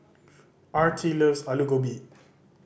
Artie loves Alu Gobi